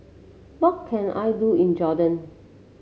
what can I do in Jordan